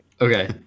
Okay